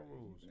rules